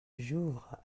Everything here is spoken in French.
jour